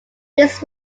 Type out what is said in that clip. this